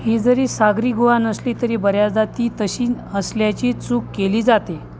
ही जरी सागरी गुहा नसली तरी बऱ्याचदा ती तशी असल्याची चूक केली जाते